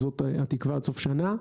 זאת התקווה עד סוף שנה.